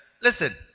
Listen